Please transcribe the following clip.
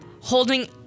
holding